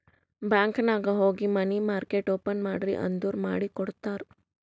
bank ನಾಗ್ ಹೋಗಿ money market open ಮಾಡ್ರಿ ಅಂದುರ್ ಮಾಡಿ ಕೊಡ್ತಾರ್